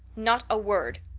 not a word.